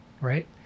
right